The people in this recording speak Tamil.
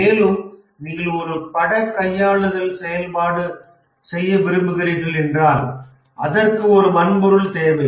மேலும் நீங்கள் ஒரு பட கையாளுதல் செயல்பாடு செய்ய விரும்புகிறீர்கள் என்றால் அதற்கு ஒரு வன்பொருள் தேவை